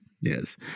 yes